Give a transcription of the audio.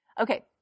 Okay